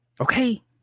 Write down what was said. Okay